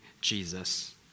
Jesus